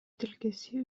тилкеси